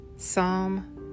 Psalm